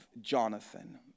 Jonathan